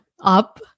up